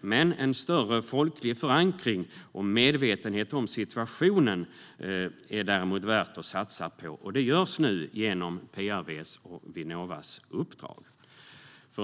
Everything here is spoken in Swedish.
Men en större folklig förankring och medvetenhet om situationen vore värd att satsa på, och det sker nu genom PRV:s och Vinnovas uppdrag.